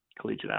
collegiate